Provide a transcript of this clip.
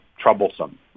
troublesome